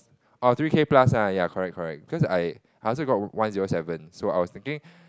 oh three K plus lah ya correct correct because I I also got one zero seven so I was thinking